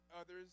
others